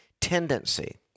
tendency